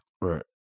Right